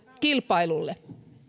kilpailulle